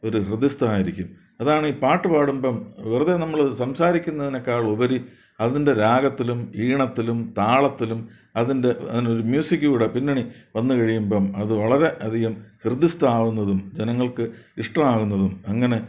ഒരു ആയിരിക്കും അതാണീ പാട്ട് പാടുമ്പം വെറുതെ നമ്മൾ സംസാരിക്കുന്നതിനേക്കാൾ ഉപരി അതിൻ്റെ രാഗത്തിലും ഈണത്തിലും താളത്തിലും അതിൻ്റെ ഒ പിന്നെ ഒരു മ്യൂസിക് കൂടെ പിന്നണി വന്ന് കഴിയുമ്പം അത് വളരെ അധികം ഹൃദ്യസ്ഥാവുന്നതും ജനങ്ങൾക്ക് ഇഷ്ടം ആവുന്നതും അങ്ങനെ